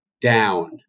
down